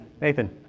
Nathan